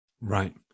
Right